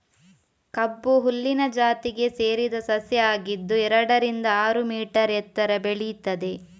ಕಬ್ಬು ಹುಲ್ಲಿನ ಜಾತಿಗೆ ಸೇರಿದ ಸಸ್ಯ ಆಗಿದ್ದು ಎರಡರಿಂದ ಆರು ಮೀಟರ್ ಎತ್ತರ ಬೆಳೀತದೆ